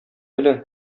белән